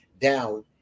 down